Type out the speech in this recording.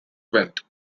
event